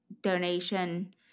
donation